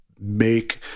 make